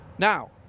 Now